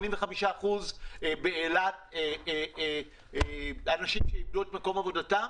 85% מן האנשים באילת איבדו את מקום עבודתם,